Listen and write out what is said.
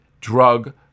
drug